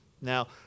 Now